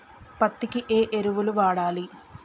పత్తి కి ఏ ఎరువులు వాడాలి?